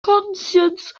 conscience